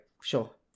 sure